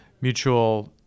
mutual